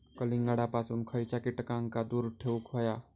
कलिंगडापासून खयच्या कीटकांका दूर ठेवूक व्हया?